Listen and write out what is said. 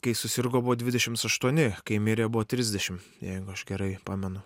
kai susirgo buvo dvidešims aštuoni kai mirė buvo trisdešim jeigu aš gerai pamenu